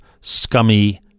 scummy